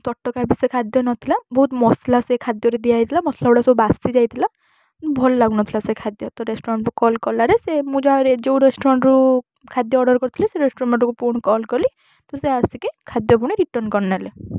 ତଟକା ବି ସେ ଖାଦ୍ୟ ନଥିଲା ବହୁତ ମସଲା ସେ ଖାଦ୍ୟରେ ଦିଆ ହେଇଥିଲା ମସଲା ଗୁଡ଼ାକ ସବୁ ବାସି ଯାଇଥିଲା ଭଲ ଲାଗୁ ନଥିଲା ସେ ଖାଦ୍ୟ ତ ରେଷ୍ଟୁରାଣ୍ଟ୍କୁ କଲ୍ କଲାରୁ ସେ ମୁଁ ଯାହା ଯେଉଁ ରେଷ୍ଟୁରାଣ୍ଟ୍ରୁ ଖାଦ୍ୟ ଅର୍ଡ଼ର କରିଥିଲି ସେ ରେଷ୍ଟୁରାଣ୍ଟ୍କୁ ପୁଣି କଲ୍ କଲି ତ ସେ ଆସିକି ଖାଦ୍ୟ ପୁଣି ରିଟର୍ନ କରିନେଲେ